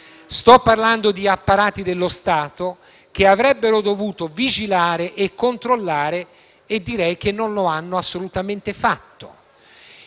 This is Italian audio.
sto parlando di apparati dello Stato che avrebbero dovuto vigilare e controllare, mentre direi che non lo hanno assolutamente fatto.